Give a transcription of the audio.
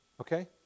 Okay